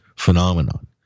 phenomenon